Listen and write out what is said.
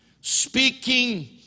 Speaking